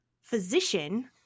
physician